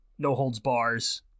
no-holds-bars